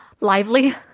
Lively